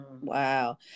Wow